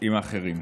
עם אחרים.